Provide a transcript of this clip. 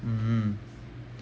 mm